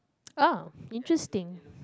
uh interesting